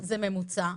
זה ממוצע,